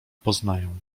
poznają